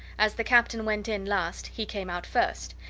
as the captain went in last he came out first,